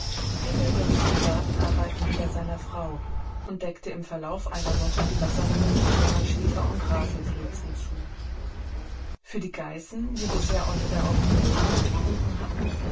peter überließ die gartenarbeiten wieder seiner frau und deckte im verlauf einer woche die wasserrinne mit glimmerschiefer und rasenflözen zu für die geißen die bisher aus der offenen rinne getrunken hatten